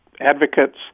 advocates